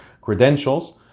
credentials